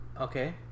Okay